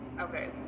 okay